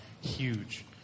huge